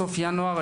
סוף ינואר,